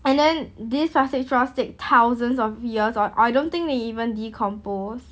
and then this plastic straws take thousands of years or I don't think they even decompose